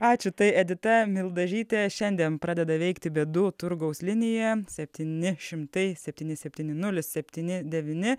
ačiū tai edita mildažytė šiandien pradeda veikti bėdų turgaus linija septyni šimtai septyni septyni nulis septyni devyni